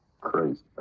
crazy